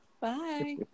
Bye